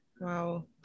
Wow